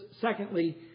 secondly